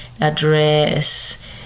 address